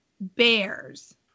bears